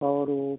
और वह